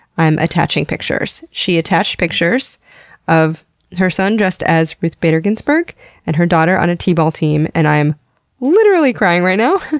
i'm attaching pictures. she attached pictures of her son dressed as ruth bader ginsburg and her daughter on a t-ball team, and i'm literally crying right now.